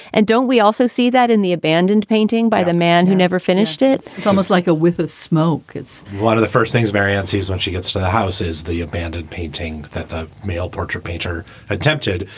and don't we also see that in the abandoned painting by the man who never finished it? it's almost like a whiff of smoke it's one of the first things, variances when she gets to the houses, the abandoned painting that the male portrait painter attempted,